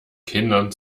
kindern